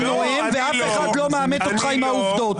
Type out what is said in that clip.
נואם ואף אחד לא מעמת אותך עם העובדות.